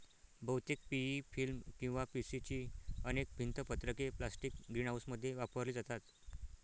बहुतेक PE film किंवा PC ची अनेक भिंत पत्रके प्लास्टिक ग्रीनहाऊसमध्ये वापरली जातात